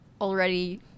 already